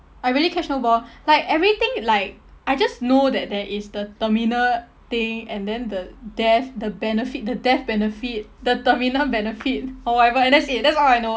I really catch no ball like everything like I just know that there is the terminal thing and then the death the benefit the death benefit the terminal benefit or whatever and that's it that's all I know